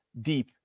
deep